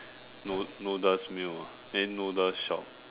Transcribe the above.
nod~ noodles meal ah eh noodles shop